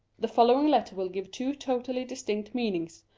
the following letter will give two totally distinct meanings,